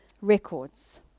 records